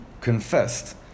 confessed